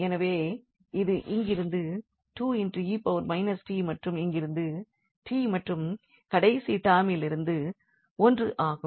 எனவே இது இங்கிருந்து 2𝑒−𝑡மற்றும் இங்கிருந்து 𝑡 மற்றும் கடைசி டேர்மில் இருந்து 1 ஆகும்